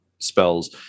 spells